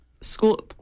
school